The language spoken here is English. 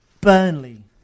Burnley